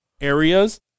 areas